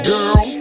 Girl